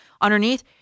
underneath